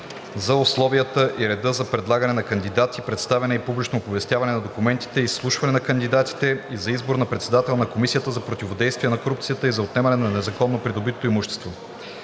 за условията и реда за предлагане на кандидати, представяне и публично оповестяване на документите, изслушване на кандидатите и за избор на председател на Комисията за противодействие на корупцията и за отнемане на незаконно придобитото имущество.